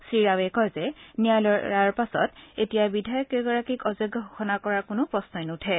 শ্ৰীৰাৱে কয় যে ন্যায়ালয়ৰ ৰায়ৰ পাছত এতিয়া বিধায়ককেইগৰাকীক অযোগ্য ঘোষণা কৰাৰ কোনো প্ৰশ্নই নুঠে